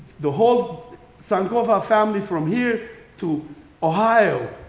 the whole sankofa family from here to ohio,